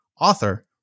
author